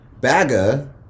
Baga